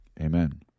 amen